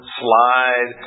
slide